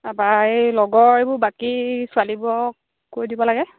তাৰপৰা এই লগৰ এইবোৰ বাকী ছোৱালীবোৰক কৈ দিব লাগে